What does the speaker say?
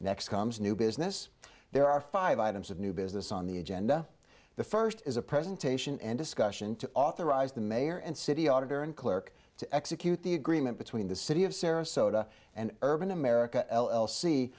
next comes new business there are five items of new business on the agenda the first is a presentation and discussion to authorize the mayor and city auditor and clerk to execute the agreement between the city of sarasota and urban america